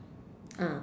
ah